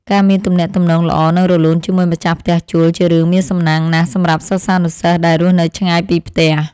ការមានទំនាក់ទំនងល្អនិងរលូនជាមួយម្ចាស់ផ្ទះជួលជារឿងមានសំណាងណាស់សម្រាប់សិស្សានុសិស្សដែលរស់នៅឆ្ងាយពីផ្ទះ។